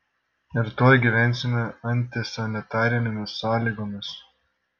ir tuoj gyvensime antisanitarinėmis sąlygomis